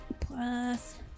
Plus